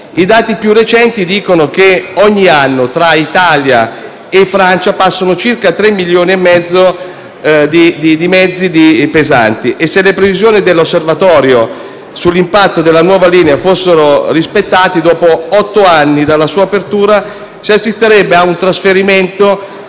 i dati più recenti dicono che ogni anno, tra Italia e Francia, passano circa 3 milioni di mezzi pesanti e, se le previsioni dell'Osservatorio sull'impatto della nuova linea fossero rispettate, dopo 8 anni dalla sua apertura, si assisterebbe a un trasferimento